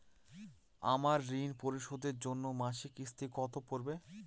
আমার ঋণ পরিশোধের জন্য মাসিক কিস্তি কত পড়বে?